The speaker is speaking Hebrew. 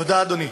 תודה, אדוני.